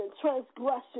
transgression